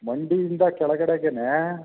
ಮಂಡಿಯಿಂದ ಕೆಳಗಡೆಗೆಯೇ